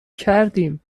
کردیم